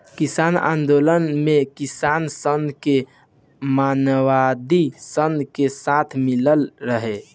किसान आन्दोलन मे किसान सन के मओवादी सन के साथ मिलल रहे